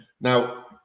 now